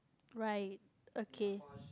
right okay